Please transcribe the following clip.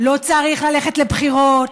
לא צריך ללכת לבחירות,